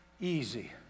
Easy